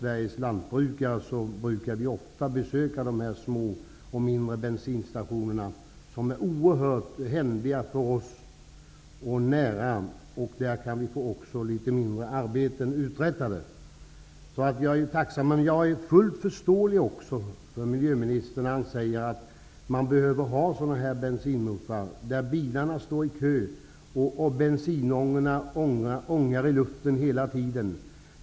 Sveriges lantbrukare besöker ofta dessa små bensinstationer, som är oerhört behändiga för oss och ligger nära, och där vi också kan få en del mindre arbeten uträttade. Jag är alltså tacksam, men jag förstår miljöministern när han säger att man behöver ha tankmuffar där bilarna står i kö och det finns bensinångor i luften hela tiden.